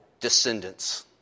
descendants